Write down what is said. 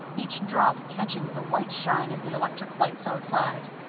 each drop catching the white shine of the electric lights outside.